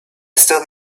still